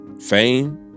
Fame